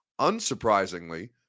Unsurprisingly